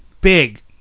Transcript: big